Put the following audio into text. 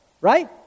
Right